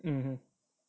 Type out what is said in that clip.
mmhmm